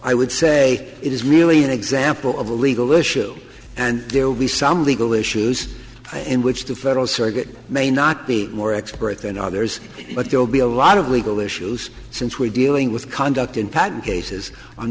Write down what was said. i would say it is really an example of a legal issue and there will be some legal issues in which the federal circuit may not be more expert than others but there will be a lot of legal issues since we're dealing with conduct in patent cases on